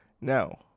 Now